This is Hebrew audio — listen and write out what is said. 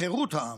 חירות העם,